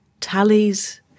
tallies